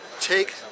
take